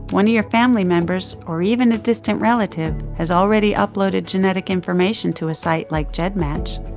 one of your family members or even a distant relative has already uploaded genetic information to a site like gedmatch,